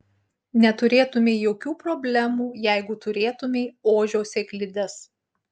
neturėtumei jokių problemų jeigu turėtumei ožio sėklides